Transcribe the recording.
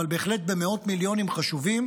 אבל בהחלט במאות מיליונים חשובים,